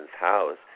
house